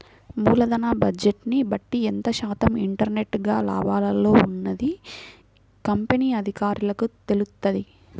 మూలధన బడ్జెట్ని బట్టి ఎంత శాతం ఇంటర్నల్ గా లాభాల్లో ఉన్నది కంపెనీ అధికారులకు తెలుత్తది